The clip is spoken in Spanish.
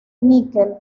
níquel